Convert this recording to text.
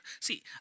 See